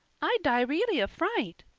i'd die really of fright.